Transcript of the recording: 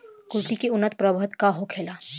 कुलथी के उन्नत प्रभेद का होखेला?